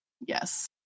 yes